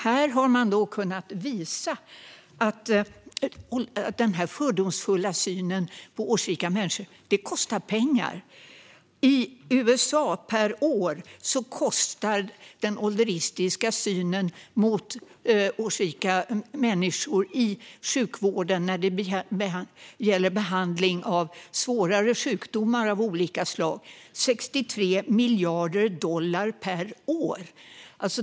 Där har man kunnat visa att denna fördomsfulla syn på årsrika människor kostar pengar. I USA kostar den ålderistiska synen på årsrika människor i sjukvården när det gäller behandling av svårare sjukdomar av olika slag 63 miljarder dollar per år.